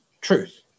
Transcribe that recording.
truth